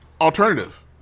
alternative